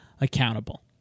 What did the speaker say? accountable